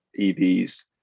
EVs